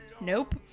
Nope